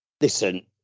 listen